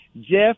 Jeff